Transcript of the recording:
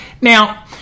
now